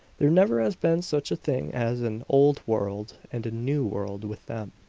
there never has been such a thing as an old world and a new world with them.